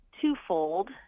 twofold